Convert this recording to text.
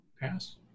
Pass